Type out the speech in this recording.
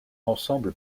ensemble